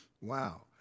Wow